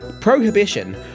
Prohibition